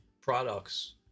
products